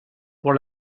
pour